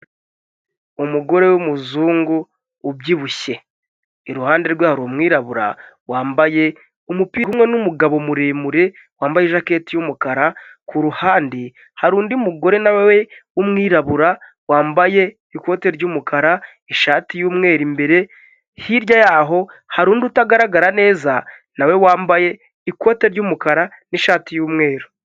Umugore w'umuzungu ubyibushye, iruhande rwe hari umwirabura wambaye umupira umwe n'umugabo muremure wambaye ijaketi y'umukara, kuruhande hari undi mugore nawe w'umwirabura wambaye ikote ry'umukara, ishati y'umweru imbere hirya yaho hari undi utagaragara neza nawe wambaye ikote ry'umukara n'ishati y'umweru.